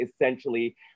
essentially